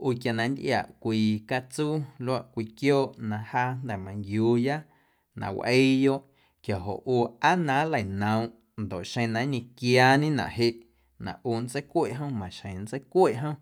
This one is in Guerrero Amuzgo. ꞌu quia na nntꞌiaꞌ cwii catsuu luaꞌ cwii quiooꞌ na jaa jnda̱ manquiuuya na wꞌiiyoꞌ quiajoꞌ ꞌu aa na nleinoomꞌ ndoꞌ xeⁿ na nñequiaañenaꞌ jeꞌ na ꞌu nntseicweꞌ jom maxjeⁿ nntseicweꞌ jom.